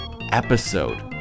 episode